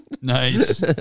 Nice